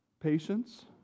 patience